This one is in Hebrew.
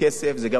זה גם לא מספיק,